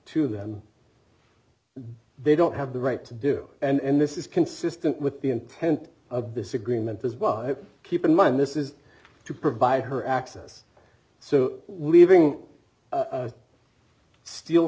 to them they don't have the right to do and this is consistent with the intent of this agreement as well keep in mind this is to provide her access so weaving steel